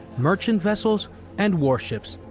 merchant vessels and warships.